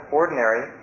ordinary